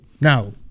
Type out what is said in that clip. Now